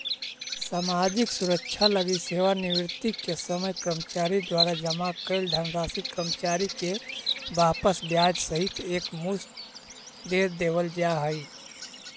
सामाजिक सुरक्षा लगी सेवानिवृत्ति के समय कर्मचारी द्वारा जमा कैल धनराशि कर्मचारी के वापस ब्याज सहित एक मुश्त दे देवल जाहई